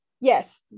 yes